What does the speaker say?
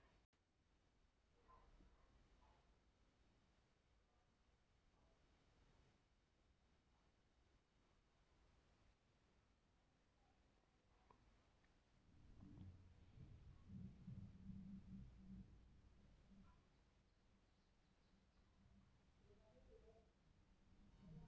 बहुत से देश के करेंसी के विदेशी मुद्रा बाजार मे बदलल जा हय